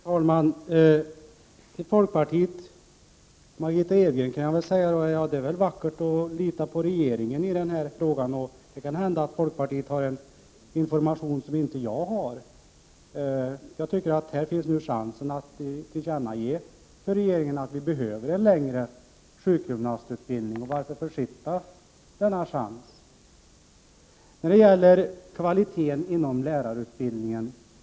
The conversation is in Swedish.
Herr talman! Till folkpartiets Margitta Edgren vill jag säga att det väl är vackert att lita på regeringen i den här frågan. Det kan hända att folkpartiet får information som inte jag får. Här finns nu chansen att ge regeringen till känna att vi behöver en längre sjukgymnastutbildning. Varför försitta den chansen? Så till vad Birger Hagård sade om kvaliteten inom lärarutbildningen.